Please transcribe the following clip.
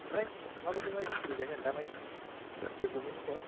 आमफ्राय माबायदि माबायदि सोलिगासिनो दामानि डेभेलपमेन्टनि सायाव